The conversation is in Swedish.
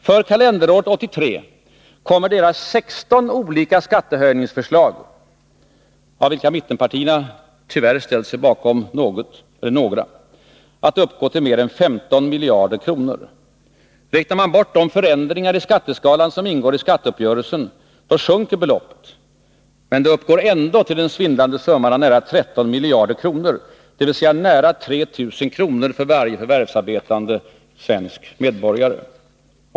För kalenderåret 1983 kommer deras 16 olika skattehöjningsförslag — av vilka mittenpartierna tyvärr ställt sig bakom några — att uppgå till mer än 15 miljarder kronor. Räknar man bort de förändringar i skatteskalan som ingår i skatteuppgörelsen, sjunker beloppet, men det uppgår ändå till den svindlande summan av nära 13 miljarder kronor, dvs. nära 3 000 kr. för varje förvärvsarbetande svensk medborgare.